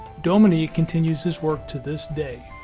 dominique continues his work to this day.